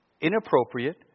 inappropriate